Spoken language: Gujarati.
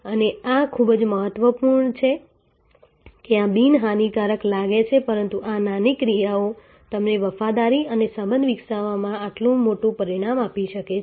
અને આ ખૂબ જ મહત્વપૂર્ણ છે કે આ બિન હાનિકારક લાગે છે પરંતુ આ નાની ક્રિયાઓ તમને વફાદારી અને સંબંધ વિકસાવવામાં આટલું મોટું પરિણામ આપી શકે છે